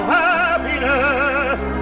happiness